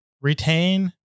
retain